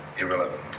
irrelevant